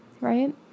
right